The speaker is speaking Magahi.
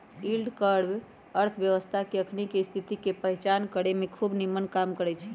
यील्ड कर्व अर्थव्यवस्था के अखनी स्थिति के पहीचान करेमें खूब निम्मन काम करै छै